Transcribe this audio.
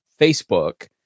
Facebook